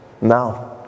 now